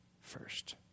first